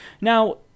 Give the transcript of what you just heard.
Now